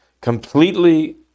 completely